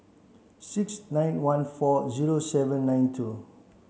six nine one four zero seven nine two